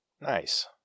Nice